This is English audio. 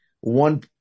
one